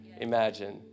imagine